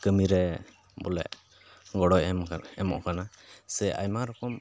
ᱠᱟᱹᱢᱤ ᱨᱮ ᱵᱚᱞᱮ ᱜᱚᱲᱚᱭ ᱮᱢ ᱠᱟᱱᱟ ᱮᱢᱚᱜ ᱠᱟᱱᱟᱭ ᱥᱮ ᱟᱭᱢᱟ ᱨᱚᱠᱚᱢ